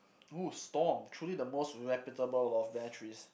!woo! storm truly the most reputable of batteries